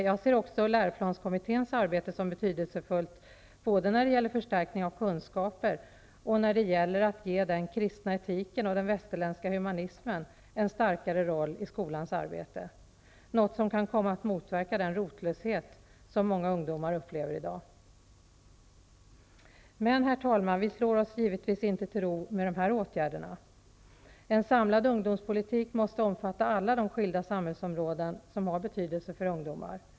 Jag ser också Läroplanskommitténs arbete som betydelsefullt, både när det gäller förstärkning av kunskaper och när det gäller att ge den kristna etiken och den västerländska humanismen en starkare roll i skolans arbete, något som kan komma att motverka den rotlöshet som många ungdomar upplever i dag. Herr talman! Men vi slår oss givetvis inte till ro med dessa åtgärder. En samlad ungdomspolitik måste omfatta alla de skilda samhällsområden som har betydelse för ungdomar.